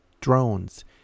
drones